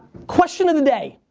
question of the day.